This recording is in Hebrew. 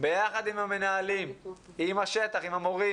ועם המנהלים והמורים,